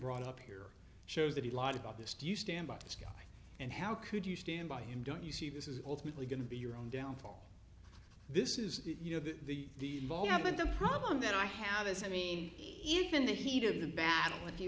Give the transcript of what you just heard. brought up here shows that he lied about this do you stand by this guy and how could you stand by him don't you see this is ultimately going to be your own downfall this is you know the ball now but the problem that i have is i mean even the heat of the battle if you